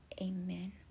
Amen